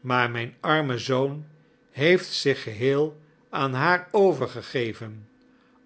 maar mijn arme zoon heeft zich geheel aan haar overgegeven